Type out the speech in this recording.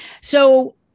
So-